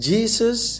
Jesus